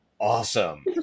awesome